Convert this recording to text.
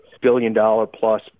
billion-dollar-plus